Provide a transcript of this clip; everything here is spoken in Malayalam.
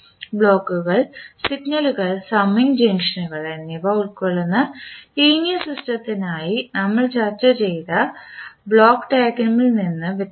ബ്ലോക്കുകൾ സിഗ്നലുകൾ സമ്മിംഗ് ജംഗ്ഷനുകൾ എന്നിവ ഉൾക്കൊള്ളുന്ന ലീനിയർ സിസ്റ്റത്തിനായി നമ്മൾ ചർച്ച ചെയ്ത ബ്ലോക്ക് ഡയഗ്രാമിൽ നിന്ന് വ്യത്യസ്തമായി